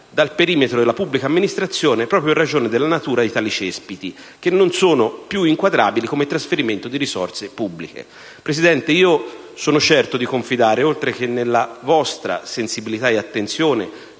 dal perimetro della pubblica amministrazione, proprio in ragione della natura di tali cespiti, che non sono più inquadrabili come trasferimento di risorse pubbliche. Presidente, io sono certo di confidare, oltre che nella vostra sensibilità e attenzione